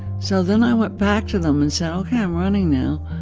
so then i went back to them and said, ok, i'm running now.